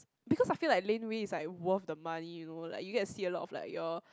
because I feel like Laneway is like worth the money you know like you get to see a lot of like your